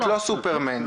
את לא סופר מן.